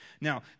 Now